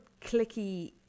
clicky